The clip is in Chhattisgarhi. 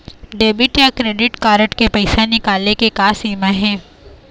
डेबिट या क्रेडिट कारड से पैसा निकाले के का सीमा हे?